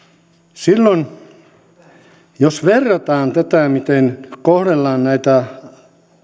jos verrataan miten kohdellaan näitä